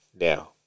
now